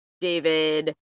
david